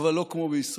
אבל לא כמו בישראל,